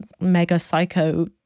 mega-psycho